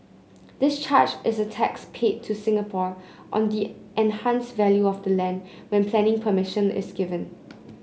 this charge is a tax paid to Singapore on the enhanced value of the land when planning permission is given